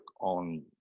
on